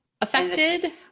affected